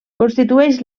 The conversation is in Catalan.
constitueix